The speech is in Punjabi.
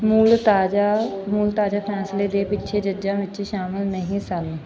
ਮੂਲ ਤਾਜ਼ਾ ਮੂਲ ਤਾਜਾ ਫੈਸਲੇ ਦੇ ਪਿੱਛੇ ਜੱਜਾਂ ਵਿੱਚ ਸ਼ਾਮਲ ਨਹੀਂ ਸਨ